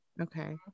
Okay